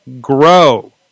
grow